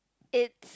it's